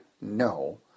no